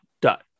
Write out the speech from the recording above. dot